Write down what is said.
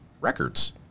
records